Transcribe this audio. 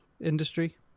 industry